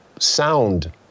sound